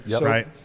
Right